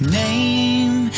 name